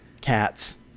cats